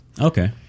Okay